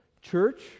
Church